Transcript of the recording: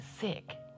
sick